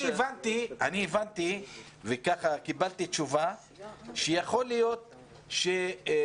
אני הבנתי וקיבלתי תשובה שיכול להיות שאם